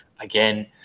again